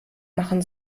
machen